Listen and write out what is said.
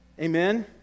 Amen